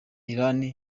iran